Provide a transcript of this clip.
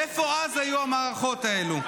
איפה אז היו המערכות האלה?